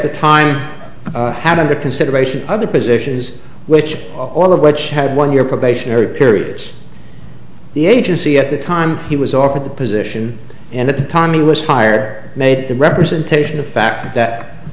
the time had under consideration other positions which all of which had one year probationary period the agency at the time he was offered the position and at the time he was hired made the representation a fact that